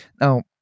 Now